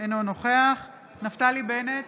אינו נוכח נפתלי בנט,